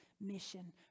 mission